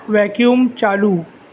vacuum چالو